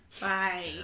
Bye